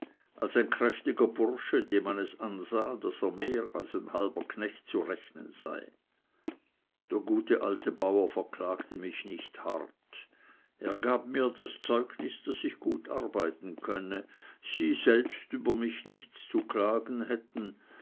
als ein kräftiger bursche dem man es ansah daß er mehr als ein halber knecht zu rechnen sei der gute alte bauer verklagte mich nicht hart er gab mir das zeugnis daß ich gut arbeiten könne sie selbst über mich nichts zu klagen hätten